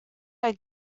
are